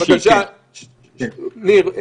ניר,